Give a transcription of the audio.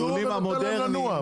המודרניים,